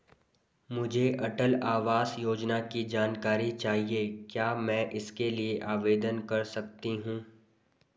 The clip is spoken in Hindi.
मुझे अटल आवास योजना की जानकारी चाहिए क्या मैं इसके लिए आवेदन कर सकती हूँ?